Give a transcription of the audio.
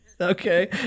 Okay